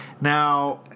Now